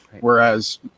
whereas